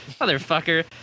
Motherfucker